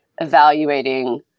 evaluating